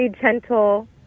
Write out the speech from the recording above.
gentle